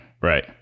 right